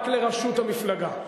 רק לראשות המפלגה.